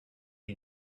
the